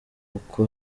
uko